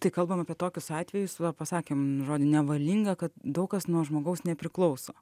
tai kalbam apie tokius atvejus va pasakėm žodį nevalinga kad daug kas nuo žmogaus nepriklauso